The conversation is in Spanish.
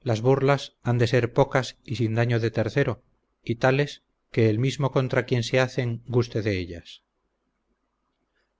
las burlas han de ser pocas y sin daño de tercero y tales que el mismo contra quien se hacen guste de ellas